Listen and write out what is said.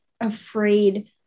afraid